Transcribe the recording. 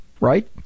right